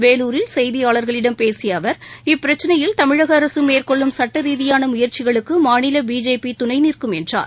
வேலூரில் செய்தியாளர்களிடம் பேசிய அவர் இப்பிரச்சினையில் தமிழக அரசு மேற்கொள்ளும் சுட்டரீதியான முயற்சிகளுக்கு மாநில பிஜேபி துணை நிற்கும் என்றார்